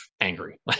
angry